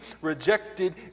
rejected